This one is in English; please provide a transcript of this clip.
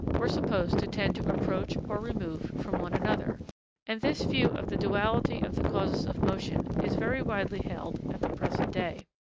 were supposed to tend to approach or remove from one another and this view of the duality of the causes of motion is very widely held at the present day.